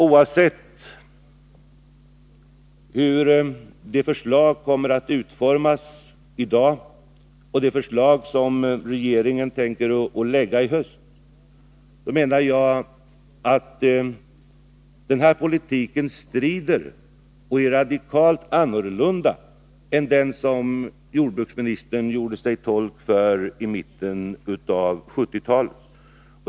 Oavsett hur dagens förslag kommer att utformas och oavsett hur det förslag som regeringen tänker framlägga i höst kommer att utformas, menar jag att denna politik strider mot och är radikalt olik den som jordbruksministern gjorde sig till tolk för i mitten av 1970-talet.